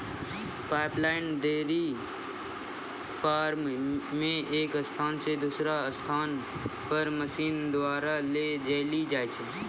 pipeline dairy farm मे एक स्थान से दुसरा पर मशीन द्वारा ले जैलो जाय छै